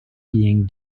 being